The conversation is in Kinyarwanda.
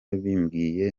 bimbwiye